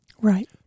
Right